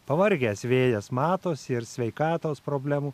pavargęs vėjas matosi ir sveikatos problemų